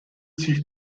sich